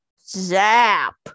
Zap